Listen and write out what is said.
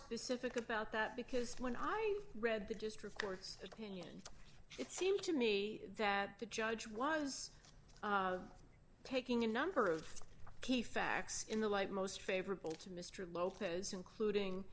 specific about that because when i read the district court it it seemed to me that the judge was taking a number of key facts in the light most favorable to mr lopez including